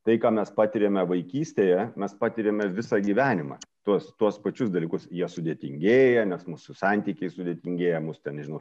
tai ką mes patiriame vaikystėje mes patiriame visą gyvenimą tuos tuos pačius dalykus jie sudėtingėja nes mūsų santykiai sudėtingėja mus ten nežinau